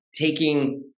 Taking